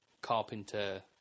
carpenter